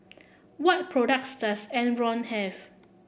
what products does Enervon have